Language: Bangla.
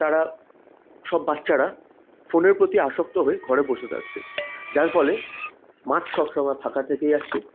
তারা সব বাচ্চারা ফোনের প্রতি আসক্ত হয়ে ঘরে বসে থাকছে যার ফলে মাঠ সবসময় ফাঁকা থেকে যাচ্ছে